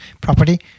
property